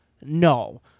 No